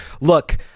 look